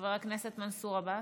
חבר הכנסת מנסור עבאס?